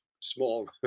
Small